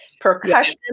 percussion